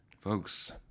Folks